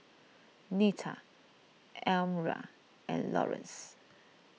Nita Almyra and Laurence